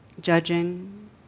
judging